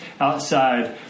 outside